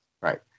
Right